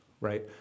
right